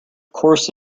course